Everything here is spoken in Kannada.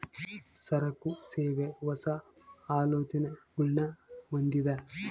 ಸರಕು, ಸೇವೆ, ಹೊಸ, ಆಲೋಚನೆಗುಳ್ನ ಹೊಂದಿದ